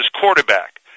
quarterback